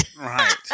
right